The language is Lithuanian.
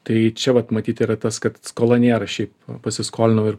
tai čia vat matyt yra tas kad skola nėra šiaip pasiskolinau ir